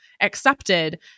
accepted